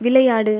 விளையாடு